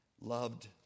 loved